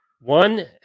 One